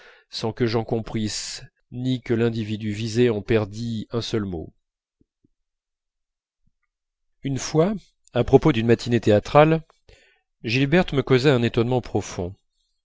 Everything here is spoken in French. sans que j'en comprisse ni que l'individu visé en perdît un seul mot une fois à propos d'une matinée théâtrale gilberte me causa un étonnement profond